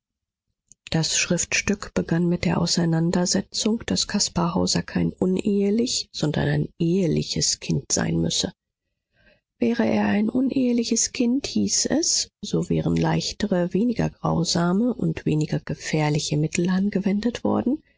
das schriftstück begann mit der auseinandersetzung daß caspar hauser kein uneheliches sondern ein eheliches kind sein müsse wäre er ein uneheliches kind hieß es so wären leichtere weniger grausame und weniger gefährliche mittel angewendet worden